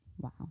Wow